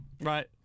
Right